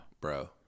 bro